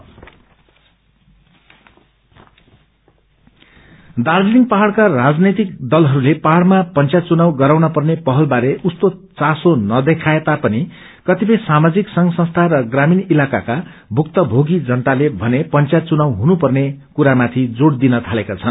पंचायत दार्जीलिङ पहाड़का राजनैतिक दलहरूले पहाड़मा पंचायत चुनाव गराउन पर्ने पहल बारे उस्तो चासो नदेखाए तापनि कतिपय सामाजिक संघ संस्या र ग्रामीण इलाकाका भुक्तभोगी जनताले भने पंचायत चुनाव हुनपर्ने कुरामाथि जोर दिन थालेका छन्